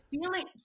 feeling